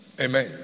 Amen